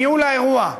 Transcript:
ניהול האירוע.